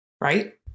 Right